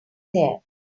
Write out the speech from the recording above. hair